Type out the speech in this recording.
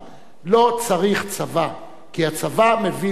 לא צריך צבא, כי הצבא מביא למלחמה,